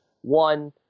one